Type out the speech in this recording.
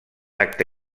acte